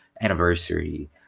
anniversary